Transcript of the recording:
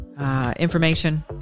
Information